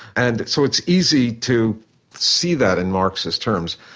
and so it's easy to see that in marxist terms,